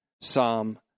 Psalm